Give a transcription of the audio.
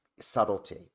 subtlety